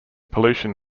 pollution